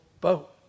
boat